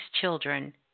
children